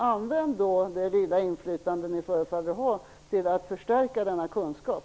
Använd därför det lilla inflytande som ni förefaller ha till att förstärka denna kunskap!